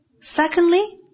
Secondly